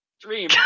dream